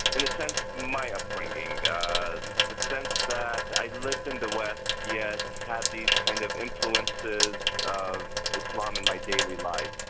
in a sense, my upbringing, the sense that i lived in the west, yet had these kind of influences of islam in my daily life,